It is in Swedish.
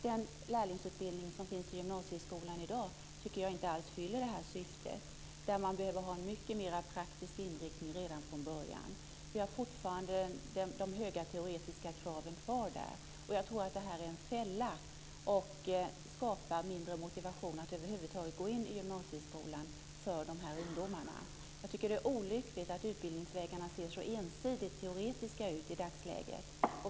Den lärlingsutbildning som finns i gymnasieskolan i dag fyller inte det syftet. Det behövs en mer praktisk inriktning redan från början. De höga teoretiska kraven finns fortfarande kvar. Det är en fälla som skapar mindre motivation att över huvud taget börja gymnasieskolan för dessa ungdomar. Det är olyckligt att utbildningsvägarna ser så ensidigt teoretiska ut i dagsläget.